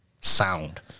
sound